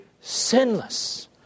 sinless